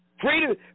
freedom